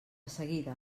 seguida